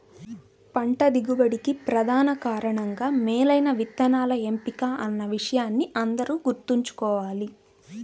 పంట దిగుబడికి ప్రధాన కారణంగా మేలైన విత్తనాల ఎంపిక అన్న విషయాన్ని అందరూ గుర్తుంచుకోవాలి